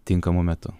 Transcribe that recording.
tinkamu metu